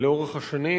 לאורך השנים,